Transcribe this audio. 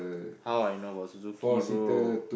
how I know about Suzuki bro